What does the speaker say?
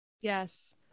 yes